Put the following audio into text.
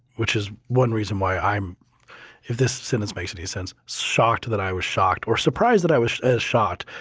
which is one reason why i'm if this sentence makes any sense. shocked that i was shocked or surprised that i was shocked,